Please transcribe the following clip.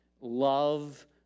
love